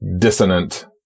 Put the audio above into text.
dissonant